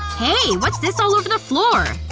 hey. what's this all over the floor?